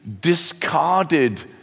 discarded